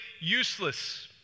useless